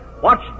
Watch